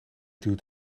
duurt